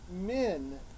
men